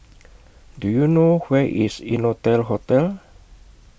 Do YOU know Where IS Innotel Hotel